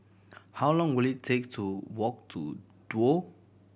how long will it take to walk to Duo